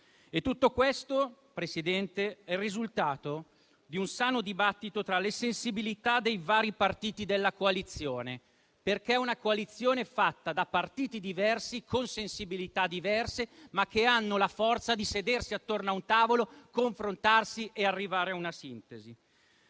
Presidente, è il risultato di un sano dibattito tra le sensibilità dei vari partiti della coalizione, perché è una coalizione fatta da partiti diversi, con sensibilità diverse, ma che hanno la forza di sedersi attorno a un tavolo, confrontarsi e arrivare a una sintesi,